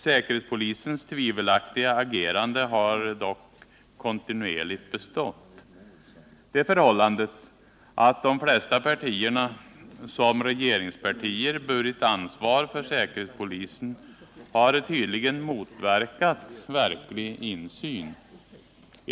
Säkerhetspolisens tvivelaktiga agerande har dock kontinuerligt bestått. Det förhållandet att de flesta partierna såsom regeringspartier har burit ansvar för säkerhetspolisen har tydligen motverkat . en reell insyn.